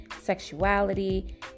sexuality